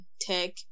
tech